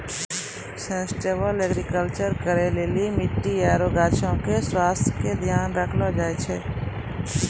sustainable agriculture करै लेली मट्टी आरु गाछो के स्वास्थ्य के ध्यान राखलो जाय छै